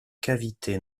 cavité